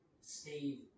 Steve